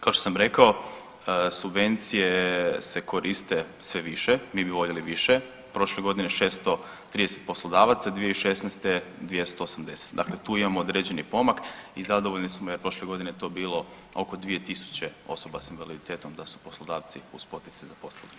Kao što sam rekao subvencije se koriste sve više, mi bi voljeli više, prošle godine 630 poslodavaca, 2016. 280, dakle tu imamo određeni pomak i zadovoljni smo jer prošle godine je to bilo oko 2.000 osoba s invaliditetom da su poslodavci uz poticaj zaposlili.